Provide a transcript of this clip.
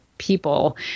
people